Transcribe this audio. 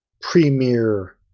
premier